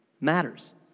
matters